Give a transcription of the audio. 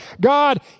God